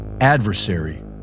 adversary